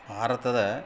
ಭಾರತದ